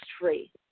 free